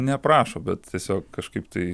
neprašo bet tiesiog kažkaip tai